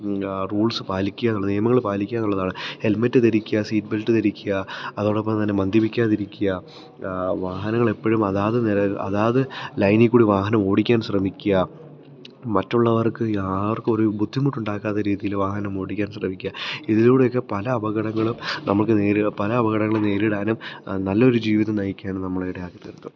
rules പാലിക്കുക എന്നുള്ളതാണ് നിയമങ്ങൾ പാലിക്കുക എന്നുള്ളതാണ് ഹെല്മെറ്റ് ധരിക്കുക സീറ്റ്ബെല്റ്റ് ധരിക്കുക അതോടൊപ്പം തന്നെ മദ്യപിക്കാതിരിക്കുക വാഹനങ്ങളെപ്പഴും അതാത് നിര അതാത് ലൈനിൽ കൂടി വാഹനം ഓടിക്കാന് ശ്രമിക്കുക മറ്റുള്ളവര്ക്ക് ആർക്കും ഒര് ബുദ്ധിമുട്ടുണ്ടാക്കാത്ത രീതിയില് വാഹനമോടിക്കാന് ശ്രമിക്കുക ഇതിലൂടെ ഒക്കെ പല അപകടങ്ങളും നമുക്ക് നേരിടാൻ പല അപകടങ്ങളും നേരിടാനും നല്ലൊരു ജീവിതം നയിക്കാനും നമ്മളെ ഇടയാക്കി തീർക്കുന്നു